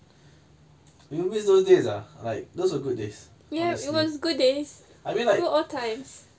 we will miss those days ah like those are good days honestly I mean like